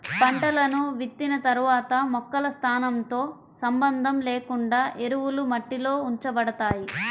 పంటలను విత్తిన తర్వాత మొక్కల స్థానంతో సంబంధం లేకుండా ఎరువులు మట్టిలో ఉంచబడతాయి